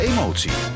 Emotie